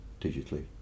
digitally